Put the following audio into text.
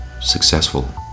successful